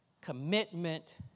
Commitment